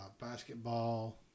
basketball